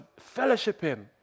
fellowshipping